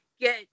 get